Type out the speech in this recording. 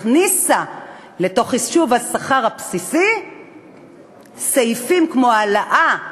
הכניסה לתוך חישוב השכר הבסיסי סעיפים כמו העלאה